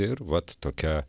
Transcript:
ir vat tokia